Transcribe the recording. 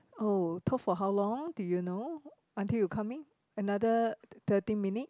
oh talk for how long do you know until you come in another thirty minutes